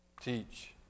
teach